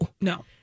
No